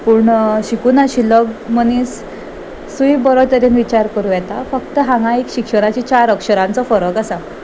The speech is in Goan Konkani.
पूण शिकूं नशिल्लो मनीस सूय बरो तरेन विचार करूं येता फक्त हांगा एक शिक्षणाची चार अक्षरांचो फरक आसा